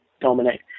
dominate